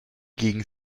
gegen